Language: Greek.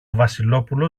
βασιλόπουλο